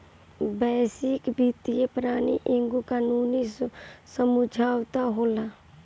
वैश्विक वित्तीय प्रणाली एगो कानूनी समुझौता होला